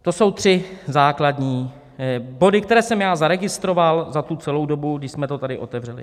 To jsou tři základní body, které jsem já zaregistroval za tu celou dobu, když jsme to tady otevřeli.